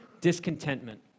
discontentment